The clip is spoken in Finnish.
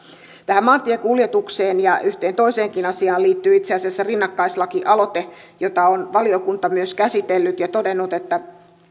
tähän maantiekuljetukseen ja yhteen toiseenkin asiaan liittyy itse asiassa rinnakkaislakialoite jota on valiokunta myös käsitellyt ja todennut